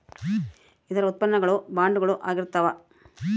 ಇದರ ಉತ್ಪನ್ನ ಗಳು ಬಾಂಡುಗಳು ಆಗಿರ್ತಾವ